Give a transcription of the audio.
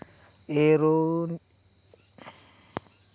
aeroponics रोग पसरण्यास पासून थांबवू शकतो कारण, रोग मातीच्या माध्यमातून पसरतो